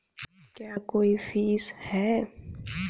क्या कोई फीस है?